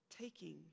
taking